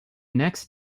next